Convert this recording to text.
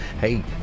Hey